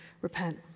repent